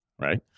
right